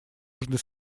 южный